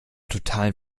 totalen